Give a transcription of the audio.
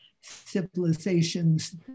civilizations